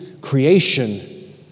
creation